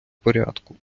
порядку